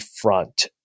front